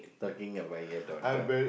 talking about your daughter